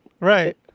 Right